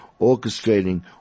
orchestrating